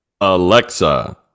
Alexa